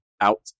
out